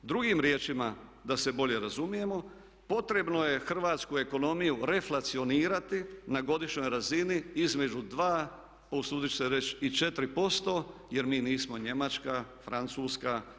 Drugim riječima da se bolje razumijemo potrebno je hrvatsku ekonomiju reflacionirati na godišnjoj razini između dva, usudit ću se reći i četiri posto, jer mi nismo Njemačka, Francuska.